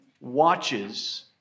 watches